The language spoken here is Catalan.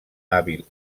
hàbil